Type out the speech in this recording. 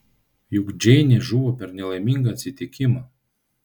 juk džeinė žuvo per nelaimingą atsitikimą